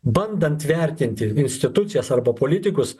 bandant vertinti institucijas arba politikus